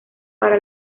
para